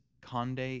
Conde